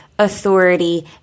authority